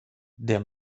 der